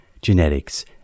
genetics